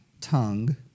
tongue